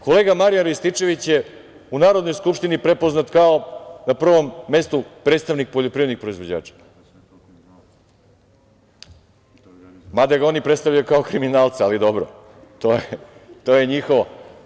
Kolega Marijan Rističević je u Narodnoj skupštini prepoznat na prvom mestu kao predstavnik poljoprivrednih proizvođača, mada ga oni predstavljaju kao kriminalca, ali, dobro, to je njihovo.